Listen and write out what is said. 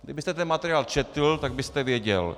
Kdybyste ten materiál četl, tak byste věděl.